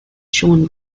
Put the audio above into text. shown